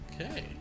Okay